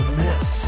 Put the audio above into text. miss